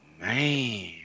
man